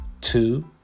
two